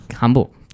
humble